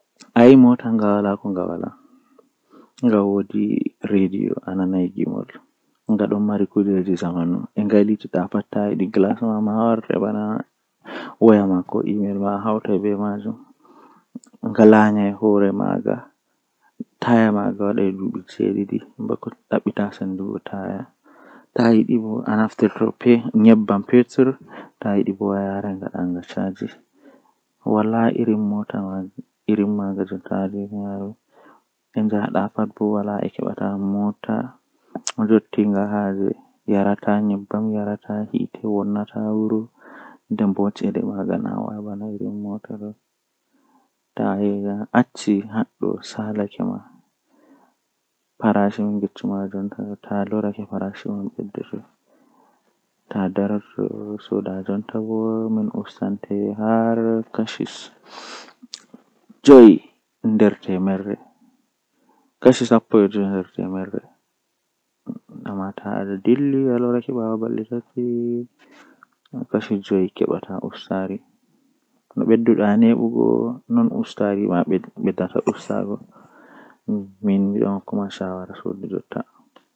Eh mi eman ɓe ɗume onni ɓe waɗi jei mawnini ɓe haa ɓe yotti Mangu jei ɓe woni jonta. Do ko wadi mi emata ɓe bo ngam mi naftira be man tomi laari goɗɗo feere ɗon mari haaje mauna warta goɗɗo feere miviya nda ko waine waine yecci am waɗiri anfu miɗon yi'a to anaftiri be dabareeji man awawan aheɓa ko ayiɗi.